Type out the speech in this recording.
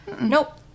Nope